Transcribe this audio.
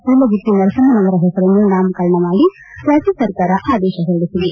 ಸೂಲಗಿತ್ತಿ ನರಸಮ್ನವರ ಹೆಸರನ್ನು ನಾಮಕರಣ ಮಾಡಿ ರಾಜ್ಯ ಸರ್ಕಾರ ಆದೇಶ ಹೊರಡಿಸಿದೆ